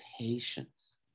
patience